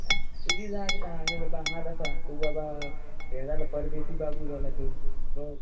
ए तुजी जाग ना आमी बाबा हागात आसा तू बाबा ये जाला परदेसी बाबू जाला तूं